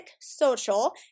Social